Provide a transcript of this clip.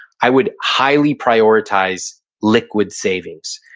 i would highly prioritize liquid savings.